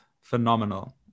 phenomenal